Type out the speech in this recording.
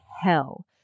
hell